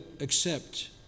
accept